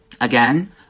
Again